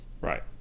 Right